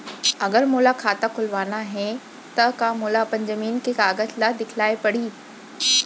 अगर मोला खाता खुलवाना हे त का मोला अपन जमीन के कागज ला दिखएल पढही?